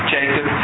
Jacob